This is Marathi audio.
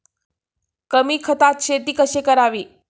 कमी खतात शेती कशी करावी?